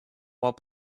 while